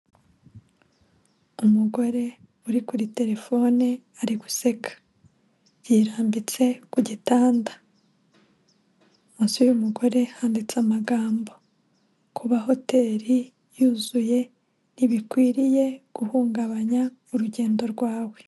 Umugore uri kuri terefone ari guseka yirambitse ku gitanda, munsi y'uyu mugore handitse amagambo, kuba hoteri yuzuye ntibikwiriye guhungabanya urugendo rwawe.